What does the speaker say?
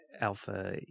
alpha